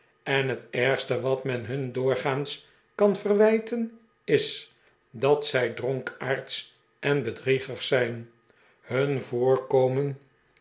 en het ergste wat men hun doorgaans kan verwijten is dat zij dronkaards en bedriegers zijn hun voorkomen